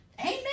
Amen